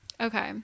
okay